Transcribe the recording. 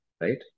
right